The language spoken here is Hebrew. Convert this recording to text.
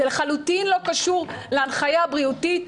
זה לחלוטין לא קשור להנחיה בריאותית.